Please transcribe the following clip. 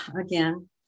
again